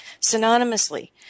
synonymously